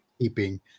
keeping